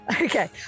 Okay